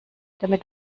damit